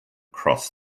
cross